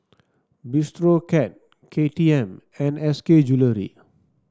Bistro Cat K T M and S K Jewellery